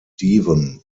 devon